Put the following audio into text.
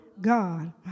God